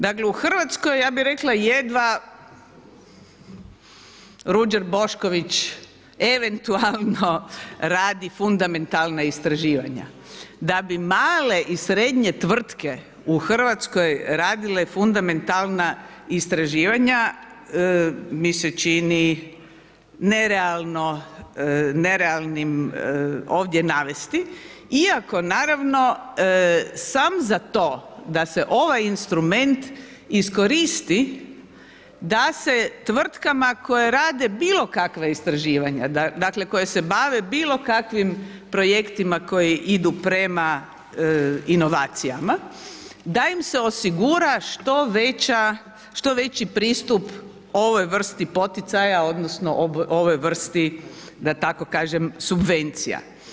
Dakle u Hrvatskoj ja bih rekla jedva Ruđer Bošković eventualno radi fundamentalna istraživanja, da bi male i srednje tvrtke u Hrvatskoj radile fundamentalna istraživanja mi se čini nerealnim ovdje navesti iako naravno sam za to da se ovaj instrument iskoristi, da se tvrtkama koje rade bilo kakva istraživanja, dakle koje se bave bilo kakvim projektima koji idu prema inovacijama, da im se osigura što veći pristup ovoj vrsti poticaja, odnosno ovoj vrsti da tako kažem subvencija.